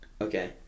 Okay